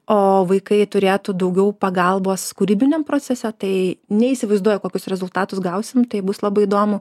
o vaikai turėtų daugiau pagalbos kūrybiniam procese tai neįsivaizduoju kokius rezultatus gausim tai bus labai įdomu